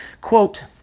Quote